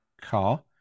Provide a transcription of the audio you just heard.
car